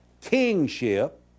kingship